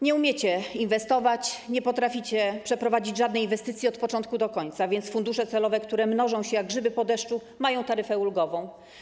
Nie umiecie inwestować, nie potraficie przeprowadzić żadnej inwestycji od początku do końca, więc fundusze celowe, które mnożą się jak grzyby po deszczu, mają taryfę ulgową.